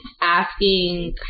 asking